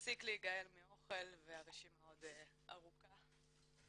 הפסיק להיגעל מאוכל והרשימה עוד ארוכה.